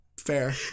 Fair